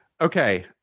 Okay